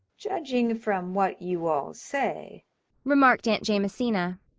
judging from what you all, say remarked aunt jamesina,